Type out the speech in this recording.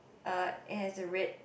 uh it has a red